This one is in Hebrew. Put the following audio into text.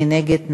מי נגד?